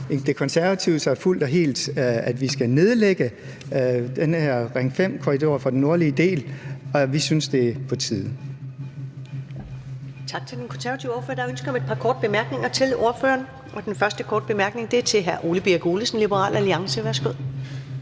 Det Konservative Folkeparti sig fuldt og helt, at vi skal nedlægge den her Ring 5-korridor i den nordlige del. Vi synes, det er på tide.